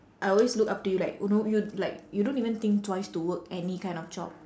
I always look up to you like you know you like you don't even think twice to work any kind of job